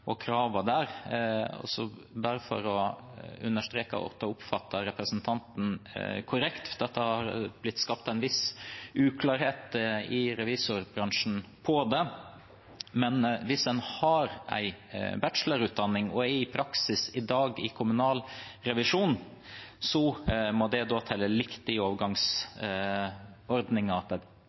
og kravene der. Hvis jeg oppfatter representanten korrekt, er det blitt skapt en viss uklarhet i revisorbransjen om det, men hvis en har en bachelorutdanning og er i praksis i kommunal revisjon i dag, må det telle likt i overgangsordningen, at